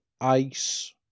Ice